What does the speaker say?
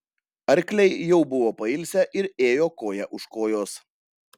arkliai jau buvo pailsę ir ėjo koja už kojos